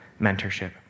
mentorship